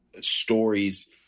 stories